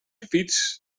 fiets